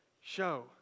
show